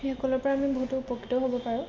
সেইসকলৰ পৰা আমি বহুতো উপকৃত হ'ব পাৰোঁ